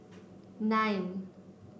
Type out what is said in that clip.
nine